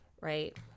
right